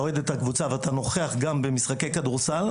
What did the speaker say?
אוהד את הקבוצה ואתה נוכח גם במשחקי כדורסל.